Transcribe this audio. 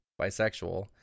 bisexual